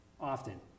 Often